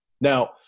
Now